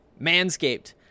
Manscaped